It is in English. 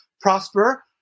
prosper